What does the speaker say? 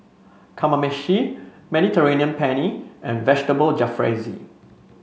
Kamameshi Mediterranean Penne and Vegetable Jalfrezi